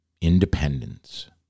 Independence